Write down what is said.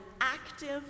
active